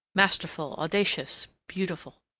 masterful, audacious, beautiful.